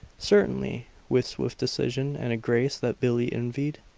certainly, with swift decision, and a grace that billie envied.